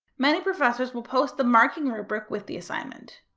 many professors will post the marking rubric with the assignment.